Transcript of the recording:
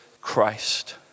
Christ